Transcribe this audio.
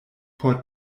por